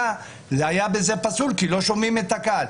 היה בזה פסול כי היא לא שמעה את הקהל.